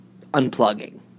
Unplugging